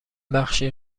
بخشی